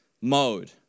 mode